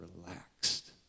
relaxed